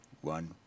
one